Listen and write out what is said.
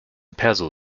perso